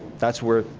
that's where,